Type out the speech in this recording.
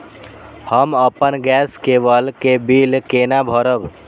हम अपन गैस केवल के बिल केना भरब?